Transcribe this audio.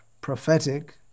prophetic